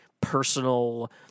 personal